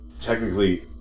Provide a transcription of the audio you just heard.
Technically